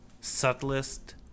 SUBTLEST